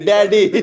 Daddy